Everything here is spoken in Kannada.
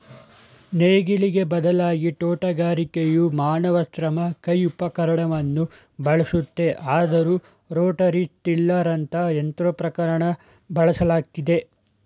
ನೇಗಿಲಿಗೆ ಬದಲಾಗಿ ತೋಟಗಾರಿಕೆಯು ಮಾನವ ಶ್ರಮ ಕೈ ಉಪಕರಣವನ್ನು ಬಳಸುತ್ತೆ ಆದರೂ ರೋಟರಿ ಟಿಲ್ಲರಂತ ಯಂತ್ರೋಪಕರಣನ ಬಳಸಲಾಗ್ತಿದೆ